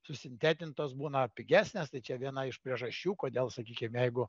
susintetintos būna pigesnės tai čia viena iš priežasčių kodėl sakykim jeigu